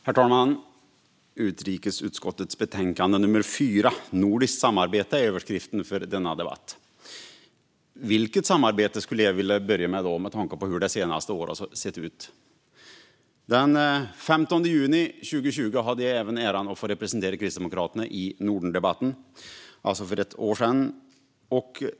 Herr talman! Utrikesutskottets betänkande nummer 4, Nordiskt sam arbete , är ämnet för denna debatt. Vilket samarbete? Den frågan skulle jag vilja börja med, med tanke på hur det senaste året har sett ut. Den 15 juni 2020 hade jag också äran att få representera Kristdemokraterna i Nordendebatten, alltså för ett år sedan.